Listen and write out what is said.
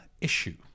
issue